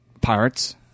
Pirates